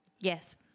Yes